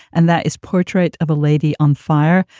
and that is portrait of a lady on fire,